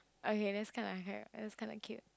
okay that's kind I have that's kind a kid